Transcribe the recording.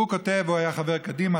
הוא היה חבר קדימה,